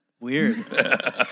Weird